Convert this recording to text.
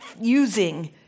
using